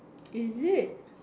is it